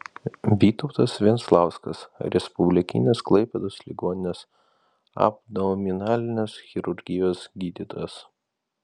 vytautas venclauskas respublikinės klaipėdos ligoninės abdominalinės chirurgijos gydytojas